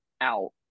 out